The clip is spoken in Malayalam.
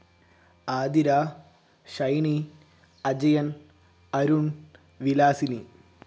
ആതിര ഷൈനി അജയൻ അരുൺ വിലാസിനി